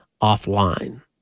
offline